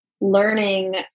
learning